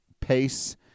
pace